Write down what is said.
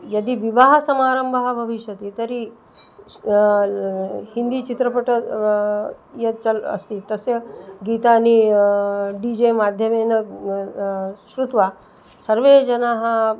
यदि विवाहसमारम्भः भविष्यति तर्हि श् हिन्दीचित्रपटः यत् चलति अस्ति तस्य गीतानि डी जे माध्यमेन श्रुत्वा सर्वे जनाः